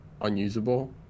unusable